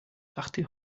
dachte